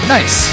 Nice